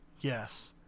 Yes